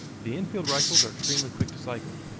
lee-enfield rifles are extremely quick to cycle,